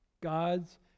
God's